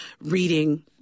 reading